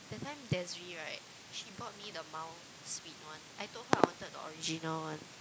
that time Desiree right she bought me the mild sweet one I told her I wanted the original one